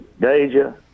Deja